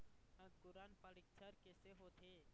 अंकुरण परीक्षण कैसे होथे?